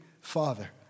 father